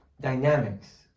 dynamics